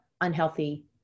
unhealthy